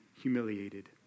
humiliated